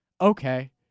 okay